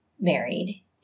married